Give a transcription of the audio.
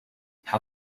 how